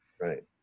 Right